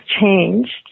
changed